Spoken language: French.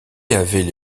avaient